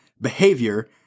behavior